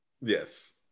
Yes